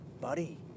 buddy